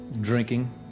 drinking